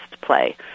play